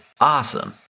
awesome